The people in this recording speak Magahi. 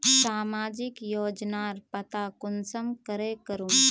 सामाजिक योजनार पता कुंसम करे करूम?